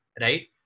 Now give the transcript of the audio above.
right